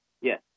Yes